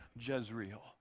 Jezreel